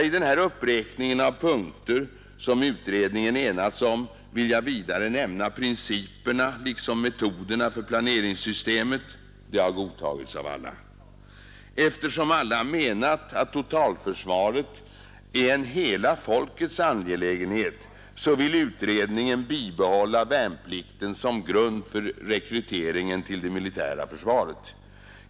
I den här uppräkningen av punkter som utredningen enats om vill jag vidare nämna principerna liksom metoderna för planeringssystemet. Det har godtagits av alla. Eftersom alla menat att totalförsvaret är en hela folkets angelägenhet, vill utredningen bibehålla värnplikten som grund för rekryteringen till det militära försvaret.